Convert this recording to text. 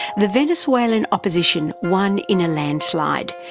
the venezuelan opposition won in a landslide,